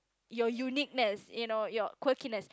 your uniqueness you know your quirkiness